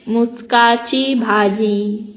मुस्गांची भाजी